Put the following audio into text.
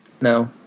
No